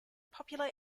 popular